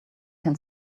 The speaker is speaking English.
can